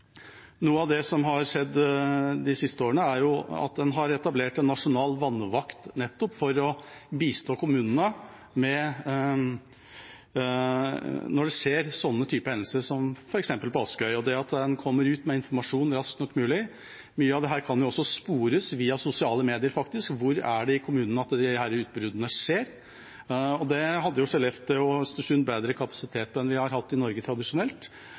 Noe av det som har skjedd de siste årene, er at en har etablert en nasjonal vannvakt nettopp for å bistå kommunene når sånne typer hendelser skjer, som f.eks. på Askøy, slik at en kommer ut med informasjon så raskt som mulig. Mye av dette kan jo også spores via sosiale medier, faktisk, en kan se hvor i kommunen disse utbruddene skjer. Det hadde Skellefteå og Østersund bedre kapasitet på enn vi har hatt i Norge tradisjonelt,